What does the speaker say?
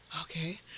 Okay